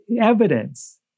evidence